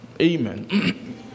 Amen